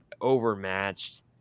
overmatched